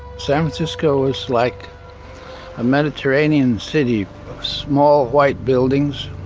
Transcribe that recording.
san francisco was like a mediterranean city small white buildings,